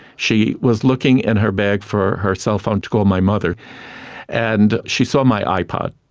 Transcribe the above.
she was looking in her bag for her cell phone to call my mother and she saw my ipod,